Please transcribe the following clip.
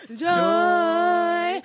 joy